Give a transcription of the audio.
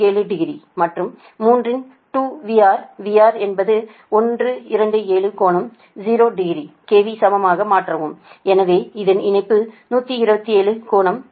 87 degree மற்றும் 3 இன் டு VR VR என்பது 127 கோணம் 0 டிகிரி KV சமமாக மாற்றவும் எனவே அதன் இணைப்பும் 127 கோணம் 0